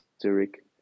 Zurich